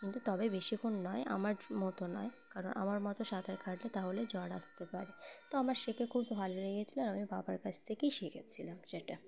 কিন্তু তবে বেশিক্ষণ নয় আমার মতো নয় কারণ আমার মতো সাঁতার কাটলে তাহলে জ্বর আসতে পারে তো আমার শিখে খুব ভালো লেগেছিল আর আমি বাবার কাছ থেকেই শিখেছিলাম সেটা